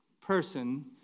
person